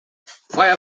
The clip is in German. feuer